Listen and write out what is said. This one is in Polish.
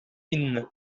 inny